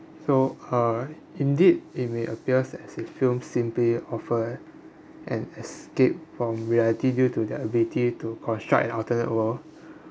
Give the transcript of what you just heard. so uh indeed it may appears as if film simply offer an escape from reality due to their ability to construct an alternate world